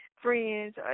friends